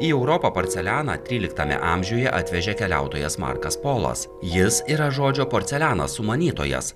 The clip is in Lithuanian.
į europą porcelianą tryliktame amžiuje atvežė keliautojas markas polas jis yra žodžio porcelianas sumanytojas